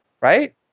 right